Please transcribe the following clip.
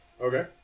okay